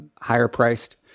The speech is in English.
higher-priced